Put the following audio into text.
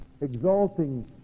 exalting